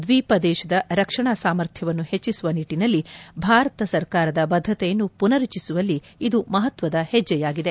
ದ್ವೀಪ ದೇಶದ ರಕ್ಷಣಾ ಸಾಮರ್ಥ್ಯವನ್ನು ಹೆಚ್ಚಿಸುವ ನಿಟ್ಟಿನಲ್ಲಿ ಭಾರತ ಸರ್ಕಾರದ ಬದ್ದತೆಯನ್ನು ಪುನರುಚ್ಚರಿಸುವಲ್ಲಿ ಇದು ಮಹತ್ಯದ ಹೆಜ್ಜೆಯಾಗಿದೆ